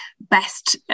best